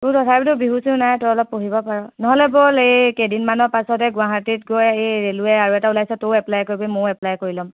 তোৰ তথাপিতো বিহু চিহু নাই তই অলপ পঢ়িব পাৰ নহ'লে ব'ল এ কেইদিনমানৰ পাছতে গুৱাহাটীত গৈ এই ৰেলুৱে আৰু এটা ওলাইছে তইও এপ্লাই কৰিবি মইও এপ্লাই কৰি ল'ম